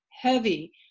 heavy